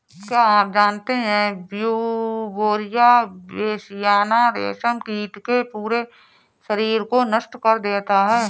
क्या आप जानते है ब्यूवेरिया बेसियाना, रेशम कीट के पूरे शरीर को नष्ट कर देता है